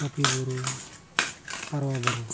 ᱠᱟᱹᱯᱤ ᱵᱩᱨᱩ ᱯᱟᱨᱣᱟ ᱵᱩᱨᱩ